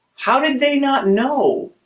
how did they not know